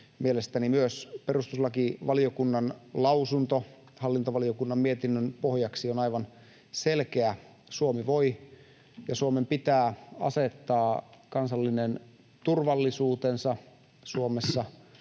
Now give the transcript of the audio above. Mielestäni myös perustuslakivaliokunnan lausunto hallintovaliokunnan mietinnön pohjaksi on aivan selkeä: Suomi voi ja Suomen pitää asettaa kansallinen turvallisuutensa, Suomessa